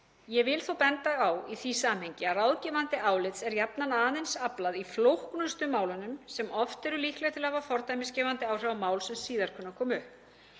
Ég vil þó benda á í því samhengi að ráðgefandi álits er jafnan aðeins aflað í flóknustu málunum sem oft eru líkleg til að hafa fordæmisgefandi áhrif á mál sem síðar kunna